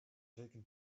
taken